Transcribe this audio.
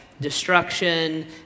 destruction